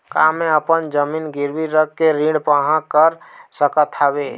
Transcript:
का मैं अपन जमीन गिरवी रख के ऋण पाहां कर सकत हावे?